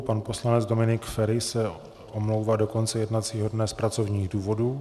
Pan poslanec Dominik Feri se omlouvá do konce jednacího dne z pracovních důvodů.